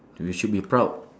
you should be proud